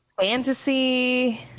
fantasy